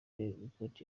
report